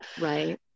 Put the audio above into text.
Right